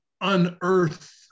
unearth